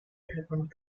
happened